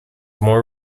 more